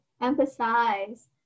emphasize